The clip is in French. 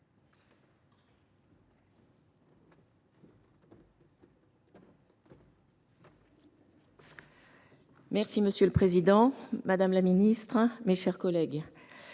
Jaubert. Monsieur le président, madame la ministre, mes chers collègues,